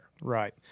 Right